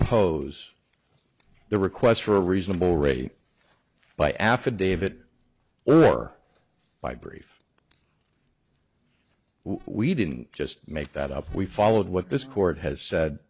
oppose the request for a reasonable rate by affidavit earlier by brief we didn't just make that up we followed what this court has said